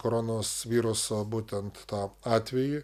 koronos viruso būtent tą atvejį